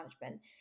management